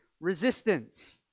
resistance